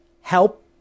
help